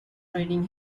raining